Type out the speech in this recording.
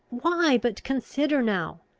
why, but consider now.